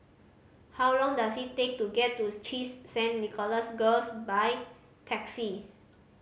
how long does it take to get to CHIJ Saint Nicholas Girls by taxi